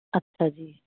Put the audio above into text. ਅੱਛਾ ਜੀ